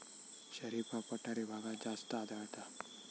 शरीफा पठारी भागात जास्त आढळता